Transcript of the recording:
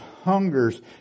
hungers